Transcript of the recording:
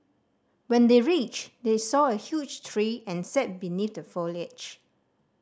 when they reached they saw a huge tree and sat beneath the foliage